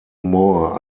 more